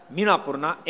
Minapurna